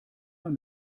man